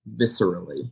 viscerally